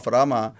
Rama